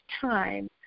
time